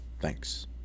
thanks